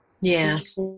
yes